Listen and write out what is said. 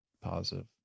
positive